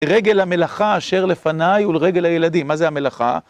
רגל המלאכה אשר לפני ולרגל הילדים, מה זה המלאכה?